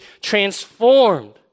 transformed